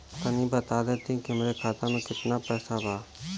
तनि बता देती की हमरे खाता में कितना पैसा बा?